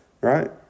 right